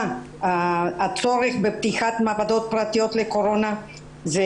שהצורך בפתיחת מעבדות פרטיות לקורונה זה